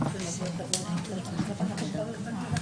כתוב גם בסמוך